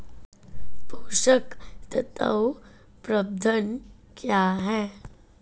पोषक तत्व प्रबंधन क्या है?